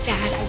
Dad